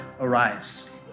arise